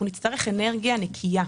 יצטרכו אנרגיה נקייה.